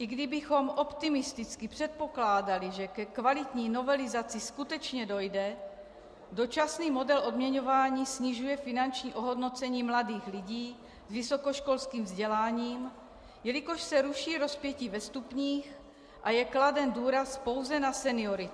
I kdybychom optimisticky předpokládali, že ke kvalitní novelizaci skutečně dojde, dočasný model odměňování snižuje finanční ohodnocení mladých lidí s vysokoškolským vzděláním, jelikož se ruší rozpětí ve stupních a je kladen důraz pouze na senioritu.